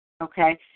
Okay